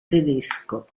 tedesco